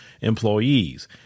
employees